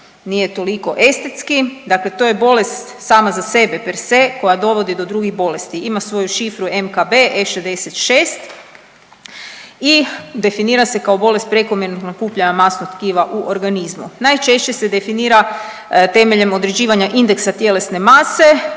nije toliko estetski, dakle to je bolest sama za sebe perse koja dovodi do drugih bolesti, ima svoju šifru MKB E66 i definira se kao bolest prekomjernog nakupljanja masnog tkiva u organizmu. Najčešće se definira temeljem određivanja indeksa tjelesne mase,